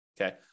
okay